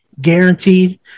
guaranteed